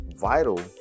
vital